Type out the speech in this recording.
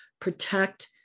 protect